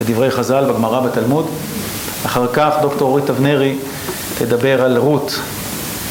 את דברי חז״ל בגמרא בתלמוד אחר כך דוקטור אורית אבנרי תדבר על רות